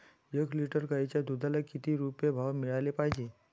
एक लिटर गाईच्या दुधाला किती रुपये भाव मिळायले पाहिजे?